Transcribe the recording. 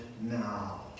now